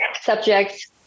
subjects